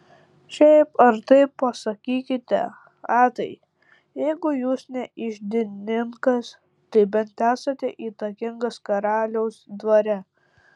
šiaip ar taip pasakykite atai jeigu jūs ne iždininkas tai bent esate įtakingas karaliaus dvare